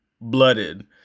blooded